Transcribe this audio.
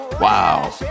Wow